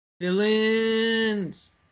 Villains